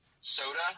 soda